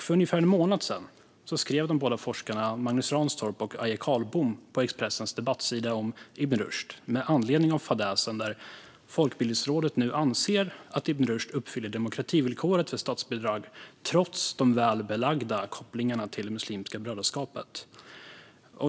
För ungefär en månad sedan skev de båda forskarna Magnus Ranstorp och Aje Carlbom på Expressens debattsida om Ibn Rushd med anledning av fadäsen att Folkbildningsrådet nu anser att Ibn Rushd uppfyller demokrativillkoret för statsbidrag trots de väl belagda kopplingarna till Muslimska brödraskapet.